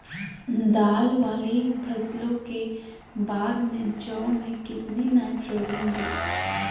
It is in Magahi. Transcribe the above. दाल वाली फसलों के बाद में जौ में कितनी नाइट्रोजन दें?